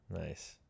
Nice